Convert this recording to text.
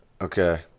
Okay